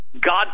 God